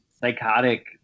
psychotic